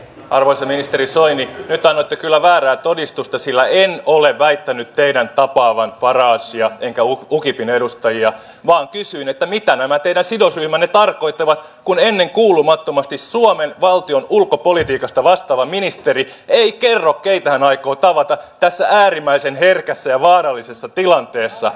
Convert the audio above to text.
arvoisa ministeri soini nyt annoitte kyllä väärää todistusta sillä en ole väittänyt teidän tapaavan faragea enkä ukipin edustajia vaan kysyin mitä nämä teidän sidosryhmänne tarkoittavat kun ennenkuulumattomasti suomen valtion ulkopolitiikasta vastaava ministeri ei kerro keitä hän aikoo tavata tässä äärimmäisen herkässä ja vaarallisessa tilanteessa